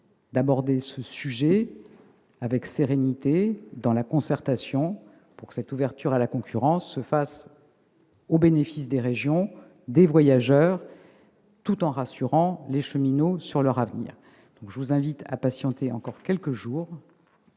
d'aborder ce sujet avec sérénité, dans la concertation, pour que l'ouverture à la concurrence se fasse au bénéfice des régions et des voyageurs, tout en rassurant les cheminots sur leur avenir. La parole est à M. Jean Sol, pour